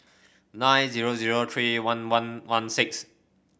nine zero zero three one one one six